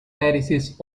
parishes